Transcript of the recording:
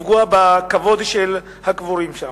לפגוע בכבוד של הקבורים שם.